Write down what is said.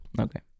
Okay